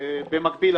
במקביל,